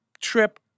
trip